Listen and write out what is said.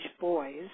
boys